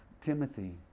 Timothy